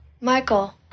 Michael